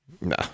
No